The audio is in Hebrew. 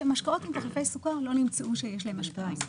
שמשקאות עם תחליפי סוכר לא נמצא שיש להם השפעה על זה.